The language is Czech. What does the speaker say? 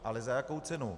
Ale za jakou cenu?